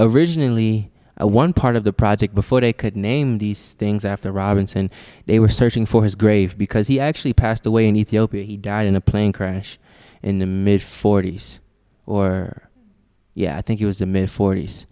originally one part of the project before they could name these things after robinson they were searching for his grave because he actually passed away in ethiopia he died in a plane crash in the mid forty's or yeah i think it was the mid fort